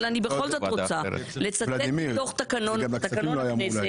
אבל אני בכל זאת רוצה לצטט מתוך תקנון הכנסת,